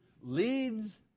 leads